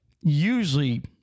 usually